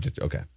Okay